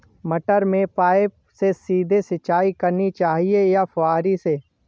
मटर में पाइप से सीधे सिंचाई करनी चाहिए या फुहरी से?